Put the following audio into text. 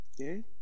Okay